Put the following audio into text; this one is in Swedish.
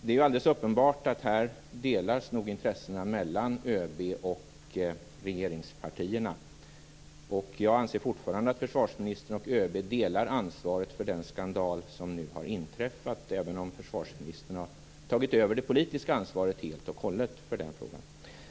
Det är alldeles uppenbart att intressena här nog delas av ÖB och regeringspartierna. Jag anser fortfarande att försvarsministern och ÖB delar ansvaret för den skandal som nu har inträffat, även om försvarsministern helt och hållet har tagit över det politiska ansvaret för den frågan.